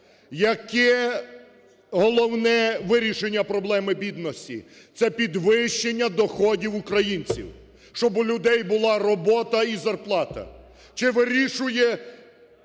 Яке головне вирішення проблеми? Це підвищення доходів українців, щоб у людей була робота і зарплата. Чи вирішує